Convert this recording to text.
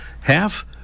half